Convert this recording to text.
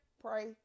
pray